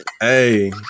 hey